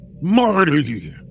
Marty